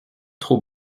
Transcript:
trop